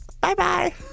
Bye-bye